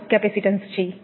આગળ કેપેસિટીન્સ છે